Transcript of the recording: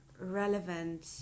relevant